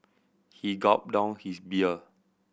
he gulped down his beer